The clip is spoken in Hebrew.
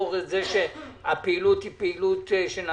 לעבור את זה שהפעילות היא פעילות שנעשית